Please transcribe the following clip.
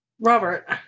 Robert